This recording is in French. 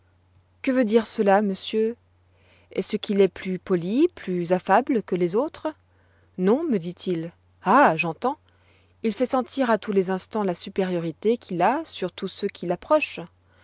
que cela veut-il dire monsieur est-ce qu'il est plus poli plus affable qu'un autre ce n'est pas cela me dit-il ah j'entends il fait sentir à tous les instants la supériorité qu'il a sur tous ceux qui l'approchent